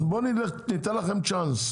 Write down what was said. ניתן לכם צ'אנס,